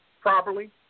properly